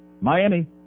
Miami